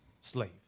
slave